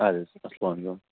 اَدٕ حظ السلامُ علیکُم